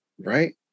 right